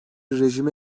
rejime